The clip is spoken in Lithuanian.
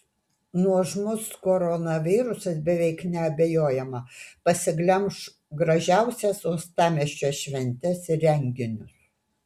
nuožmus koronavirusas beveik neabejojama pasiglemš gražiausias uostamiesčio šventes ir renginius